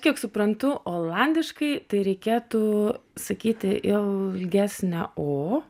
kiek suprantu olandiškai tai reikėtų sakyti jau ilgesnę o